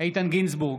איתן גינזבורג,